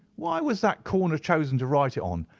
why was that corner chosen to write it on?